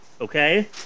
Okay